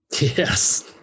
Yes